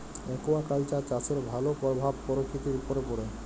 aquaculture চাষের ভালো পরভাব পরকিতির উপরে পড়ে